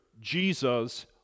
Jesus